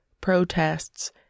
protests